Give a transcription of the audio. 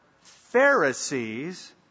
Pharisees